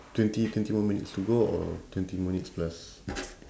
twenty twenty more minutes to go or twenty minutes plus